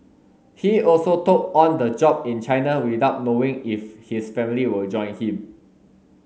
he also took on the job in China without knowing if his family will join him